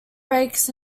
breaks